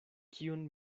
kiun